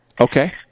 Okay